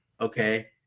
okay